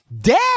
dead